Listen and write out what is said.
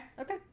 Okay